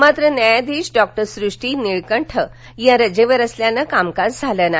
मात्र न्यायाधीश डॉक्टर सृष्टी निळकंठ ह्या रजेवर असल्यानं कामकाज झालं नाही